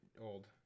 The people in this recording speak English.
old